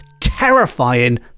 terrifying